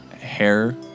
Hair